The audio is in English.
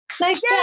Nice